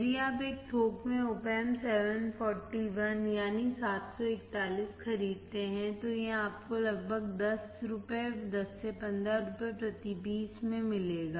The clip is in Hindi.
यदि आप एक थोक में Op Amp 741 खरीदते हैं तो यह आपको लगभग 10 INR 10 से 15 INR प्रति पीस देगा